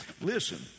Listen